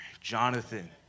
Jonathan